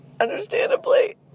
understandably